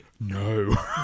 No